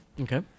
Okay